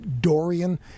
Dorian